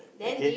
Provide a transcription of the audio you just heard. okay